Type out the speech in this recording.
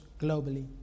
globally